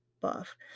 buff